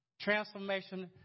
Transformation